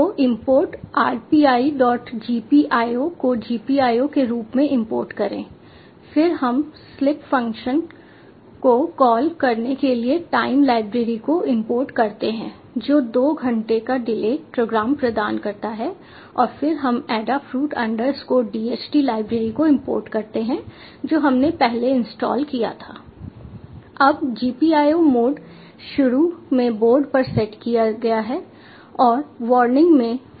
तो import RPiGPIO को GPIO के रूप में इंपोर्ट करें फिर हम स्लीप फ़ंक्शन को कॉल करने के लिए टाइम लाइब्रेरी को इंपोर्ट करते हैं जो 2 घंटे का डिले प्रोग्राम प्रदान करता है और फिर हम Adafruit DHT लाइब्रेरी को इंपोर्ट करते हैं जो हमने पहले इंस्टॉल किया था अब GPIO मोड शुरू में बोर्ड पर सेट किया गया है और वार्निंग को फॉल्स सेट किया गया है